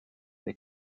est